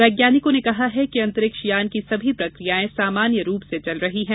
यैज्ञानिकों ने कहा है कि अंतरिक्ष यान की सभी प्रक्रियाएं सामान्य रूप से चल रही हैं